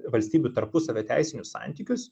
valstybių tarpusavio teisinius santykius